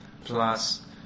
plus